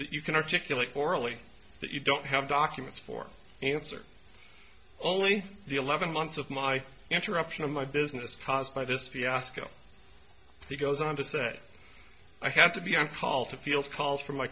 that you can articulate orally that you don't have documents for answer only eleven months of my interruption of my business caused by this fiasco he goes on to say i have to be on call to field calls from my